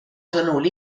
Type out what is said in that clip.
sõnul